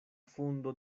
fundo